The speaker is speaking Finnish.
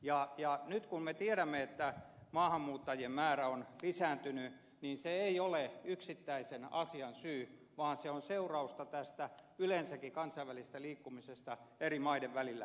ja nyt kun me tiedämme että maahanmuuttajien määrä on lisääntynyt niin se ei ole yksittäisen asian syy vaan se on yleensäkin seurausta tästä kansainvälisestä liikkumisesta eri maiden välillä